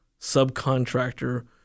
subcontractor